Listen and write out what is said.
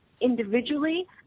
individually